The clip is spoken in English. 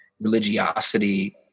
religiosity